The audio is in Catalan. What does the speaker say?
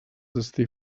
destí